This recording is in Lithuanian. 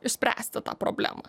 išspręsti tą problemą